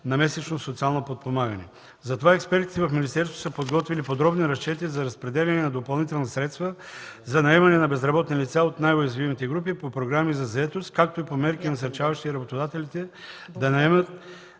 на месечно социално подпомагане. Затова експертите в министерството са подготвили подробни разчети за разпределяне на допълнителни средства за наемане на безработни лица от най-уязвимите групи по програми за заетост, както и по мерки, насърчаващи работодателите да наемат